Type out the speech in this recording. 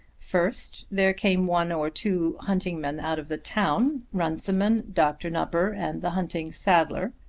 first there came one or two hunting men out of the town, runciman, dr. nupper, and the hunting saddler.